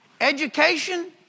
education